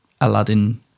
Aladdin